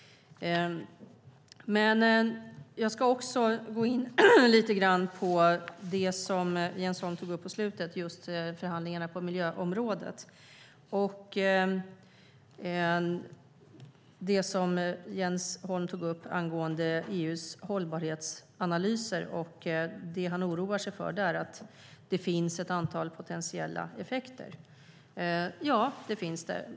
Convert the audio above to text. Jag ska också gå in på det som Jens Holm tog upp om förhandlingarna på miljöområdet, EU:s hållbarhetsanalyser och det han oroar sig för där, nämligen att det finns ett antal potentiella effekter. Ja, det finns det.